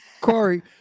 Corey